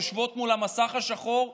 יושבות מול המסך השחור ואומרות: